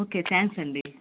okay thanks అండి